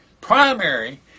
Primary